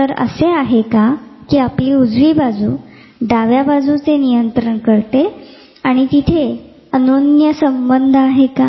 तर असे आहे का कि आपली उजवी बाजू डाव्या बाजूचे नियंत्रण करते तिथे अनोन्यसंबंध आहे का